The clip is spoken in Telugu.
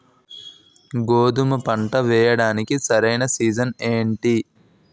గోధుమపంట వేయడానికి సరైన సీజన్ ఏంటి?